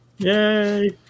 Yay